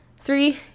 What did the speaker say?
three